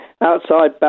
outside